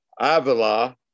Avila